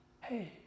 hey